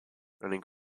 running